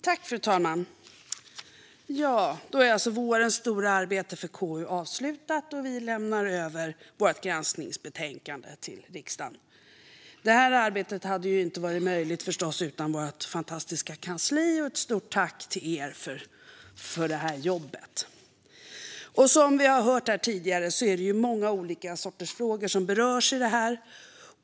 Fru talman! Vårens stora arbete för KU är avslutat, och vi lämnar över vårt granskningsbetänkande till riksdagen. Det arbetet hade förstås inte varit möjligt utan vårt fantastiska kansli. Ett stort tack till er för det jobb ni har gjort! Som vi har hört tidigare är det många olika sorters frågor som berörs.